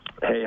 Hey